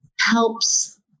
helps